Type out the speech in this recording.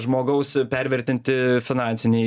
ir žmogaus pervertinti finansiniai